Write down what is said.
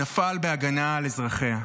ונפל בהגנה על אזרחיה.